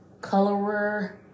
colorer